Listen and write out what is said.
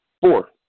four